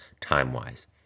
time-wise